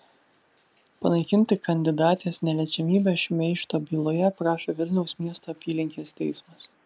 panaikinti kandidatės neliečiamybę šmeižto byloje prašo vilniaus miesto apylinkės teismas